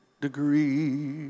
degree